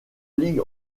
ligne